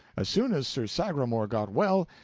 as soon as sir sagramor got well,